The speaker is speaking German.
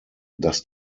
dass